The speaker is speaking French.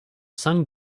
cinq